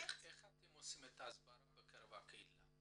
--- איך אתם עושים את ההסברה בקרב הקהילה?